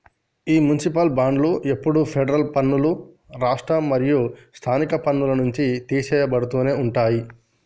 ఈ మునిసిపాల్ బాండ్లు ఎప్పుడు ఫెడరల్ పన్నులు, రాష్ట్ర మరియు స్థానిక పన్నుల నుంచి తీసెయ్యబడుతునే ఉంటాయి